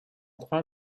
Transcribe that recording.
train